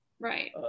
Right